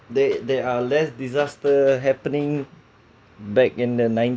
there there are less disaster happening back in the nine~